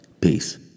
Peace